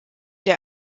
der